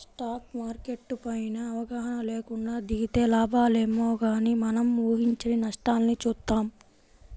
stock market పైన అవగాహన లేకుండా దిగితే లాభాలేమో గానీ మనం ఊహించని నష్టాల్ని చూత్తాం